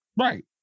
right